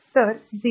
तर 0